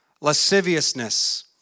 Lasciviousness